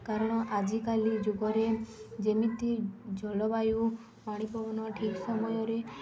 କାରଣ ଆଜିକାଲି ଯୁଗରେ ଯେମିତି ଜଳବାୟୁ ପାଣିପବନ ଠିକ୍ ସମୟରେ